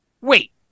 Wait